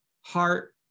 heart